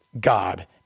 God